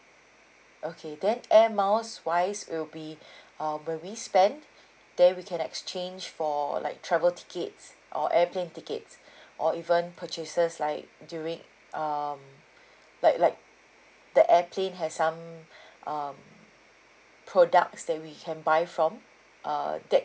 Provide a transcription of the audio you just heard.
okay then air miles wise will be uh when we spend then we can exchange for like travel tickets or airplane tickets or even purchases like during um like like the airplane has some um products that we can buy from uh that